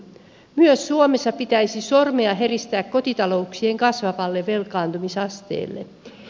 myös suomessa pitäisi sormea heristää kotitalouksien kasvavalle velkaantumisasteelle